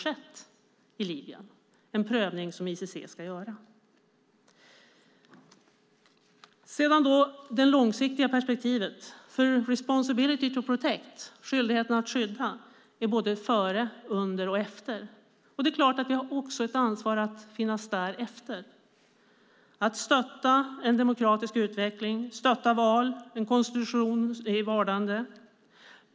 Det är en prövning som ICC ska göra. I fråga om det långsiktiga perspektivet gäller responsibility to protect, skyldighet att skydda, både före, under och efter. Det är klart att vi också har ett ansvar att finnas där efter detta och att stötta en demokratisk utveckling, val och en konstitution i vardande.